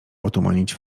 otumanić